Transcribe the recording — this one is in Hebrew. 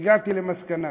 והגעתי למסקנה.